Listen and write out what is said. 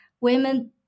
women